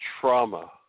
trauma